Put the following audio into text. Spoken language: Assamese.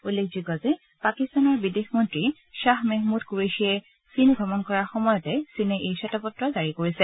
উল্লেখযোগ্য যে পাকিস্তানৰ বিদেশ মন্ত্ৰী শ্বাহ মেহমুদ কুৰেপীয়ে চীন ভ্ৰমণ কৰাৰ সময়তে চীনে এই শ্বেতপত্ৰ জাৰি কৰিছে